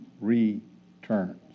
returns